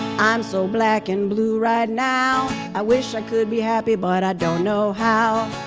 i'm so black and blue right now, i wish i could be happy, but i don't know how.